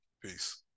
Peace